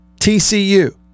TCU